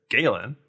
Galen